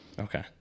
Okay